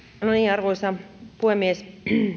arvoisa puhemies